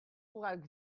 gebruik